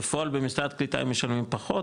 בפועל במשרד הקליטה הם משלמים פחות,